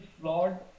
flawed